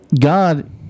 God